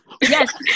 Yes